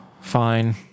Fine